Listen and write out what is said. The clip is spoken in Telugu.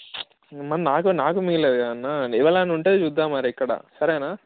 మరి నాకు నాకు మిగలాలి కదన్నా ఎవళ్ళన్నా ఉంటే చూద్దాం మరి ఇక్కడ సరేనా